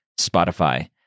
Spotify